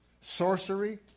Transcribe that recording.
sorcery